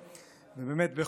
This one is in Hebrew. באמת, בכל החזיתות.